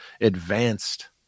advanced